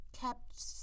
kept